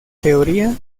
teoría